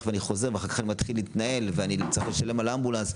ואני חוזר ואחר כך אני מתחיל להתנהל ואני צריך לשלם על אמבולנס.